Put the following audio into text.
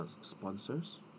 sponsors